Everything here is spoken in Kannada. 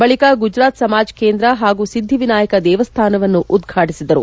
ಬಳಿಕ ಗುಜರಾತ್ ಸಮಾಜ್ ಕೇಂದ್ರ ಪಾಗೂ ಸಿದ್ಧಿವಿನಾಯಕ ದೇವಸ್ಥಾನವನ್ನು ಉದ್ಘಾಟಿಸಿದರು